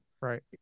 right